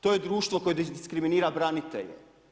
To je društvo koje diskriminira branitelje.